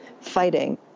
fighting